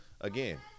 again